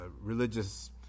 religious